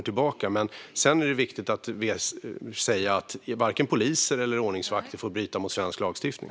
Men sedan är det viktigt att säga att varken poliser eller ordningsvakter får bryta mot svensk lagstiftning.